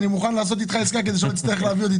אני מוכן לעשות אתך עסקה כדי שלא תצטרך להביא אותי.